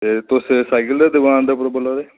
ते तुस साइकल दी दकान उप्परा बोल्ला दे न